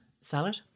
Salad